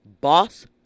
Boss